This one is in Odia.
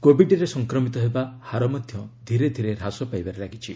କୋବିଡରେ ସଂକ୍ରମିତ ହେବା ହାର ମଧ୍ୟ ଧୀରେ ଧୀରେ ହାସ ପାଇବାରେ ଲାଗିଛି